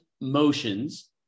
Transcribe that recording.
motions